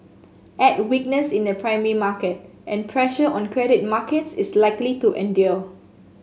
add weakness in the primary market and pressure on credit markets is likely to endure